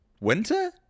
Winter